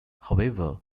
however